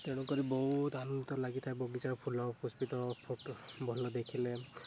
ତେଣୁ କରି ବହୁତ ଆନନ୍ଦ ଲାଗିଥାଏ ବଗିଚା ଫୁଲ ପୁଷ୍ପିତ ଫଟୋ ଭଲ ଦେଖିଲେ